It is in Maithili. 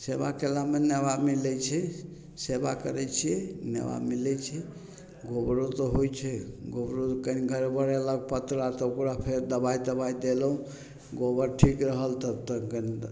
सेबा कयलामे नेबा मिलय छै सेवा करय छियै नेबा मिलय छै गोबरो तऽ होइ छै गोबरो कनी गड़बड़ेलक पतरा तऽ ओकरा फेर दबाइ तबाइ देलहुँ गोबर ठीक रहल तब तऽ